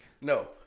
No